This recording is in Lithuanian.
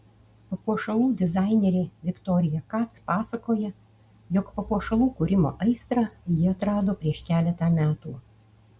papuošalų dizainerė viktorija kac pasakoja jog papuošalų kūrimo aistrą ji atrado prieš keletą metų